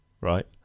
right